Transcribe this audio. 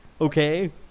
Okay